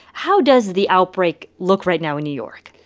how does the outbreak look right now in new york?